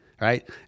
Right